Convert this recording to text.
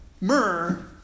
myrrh